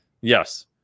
Yes